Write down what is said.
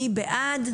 מי בעד?